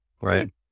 Right